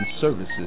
Services